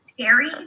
scary